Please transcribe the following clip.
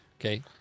Okay